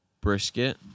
brisket